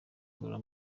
ngorora